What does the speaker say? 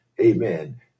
amen